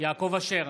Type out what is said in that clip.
יעקב אשר,